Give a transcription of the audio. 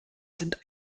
sind